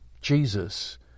Jesus